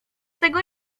tego